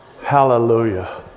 Hallelujah